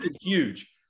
huge